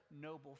noble